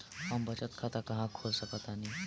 हम बचत खाता कहां खोल सकतानी?